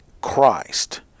Christ